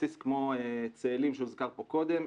בסיס כמו צאלים שהוזכר כאן קודם,